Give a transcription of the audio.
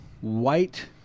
white